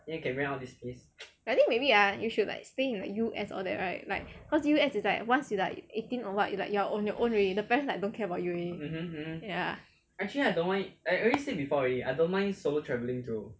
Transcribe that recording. I think maybe ah you should like stay in the U_S all that right like cause U_S is like once you like eighteen or what like you are on your own already the parents like don't care about you already ya